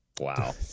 Wow